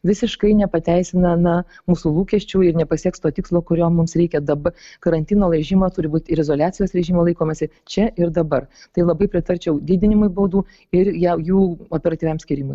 visiškai nepateisina na mūsų lūkesčių ir nepasieks to tikslo kurio mums reikia dab karantino režimo turi būt ir izoliacijos režimo laikomasi čia ir dabar tai labai pritarčiau didinimui baudų ir ją jų operatyviam skyrimui